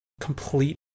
complete